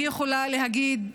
אני יכולה להגיד,